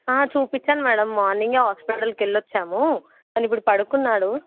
చూపించాను madam morning హాస్పిటల్కి వెళ్ళి వచ్చాము తను ఇప్పుడు పడుకున్నాడు